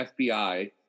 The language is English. FBI